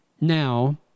Now